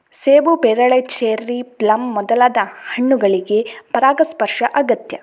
ಸೇಬು, ಪೇರಳೆ, cherry, plum ಮೊದಲಾದ ಹಣ್ಣುಗಳಿಗೆ ಪರಾಗಸ್ಪರ್ಶ ಅಗತ್ಯ